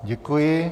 Děkuji.